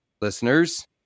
listeners